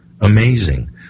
amazing